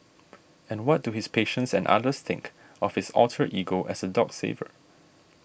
and what do his patients and others think of his alter ego as a dog saver